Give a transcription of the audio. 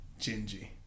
Gingy